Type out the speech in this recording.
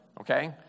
Okay